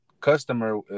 customer